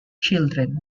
children